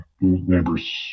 neighbors